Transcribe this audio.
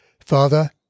Father